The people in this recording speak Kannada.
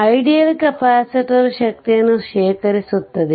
ಐಡಿಯಲ್ ಕೆಪಾಸಿಟರ್ ಶಕ್ತಿಯನ್ನು ಶೇಖರಿಸುತ್ತದೆ